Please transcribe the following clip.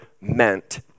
meant